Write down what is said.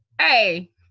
hey